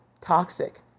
toxic